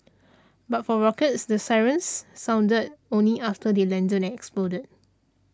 but for rockets the sirens sounded only after they landed and exploded